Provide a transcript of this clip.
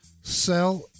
Sell